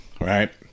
right